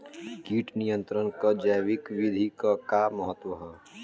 कीट नियंत्रण क जैविक विधि क का महत्व ह?